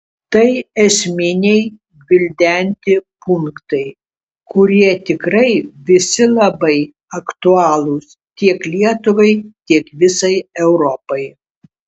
tai esminiai gvildenti punktai kurie tikrai visi labai aktualūs tiek lietuvai tiek visai europai